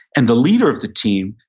and the leader of the team,